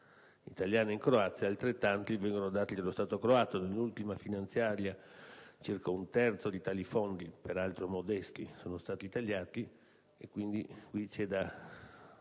italiana in Croazia ed altrettanti vengono dallo Stato croato. Nell'ultima finanziaria circa un terzo di tali fondi, peraltro modesti, sono stati tagliati. Quindi, bisogna